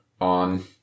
on